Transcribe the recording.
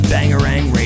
Bangarang